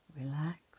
Relax